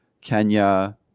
Kenya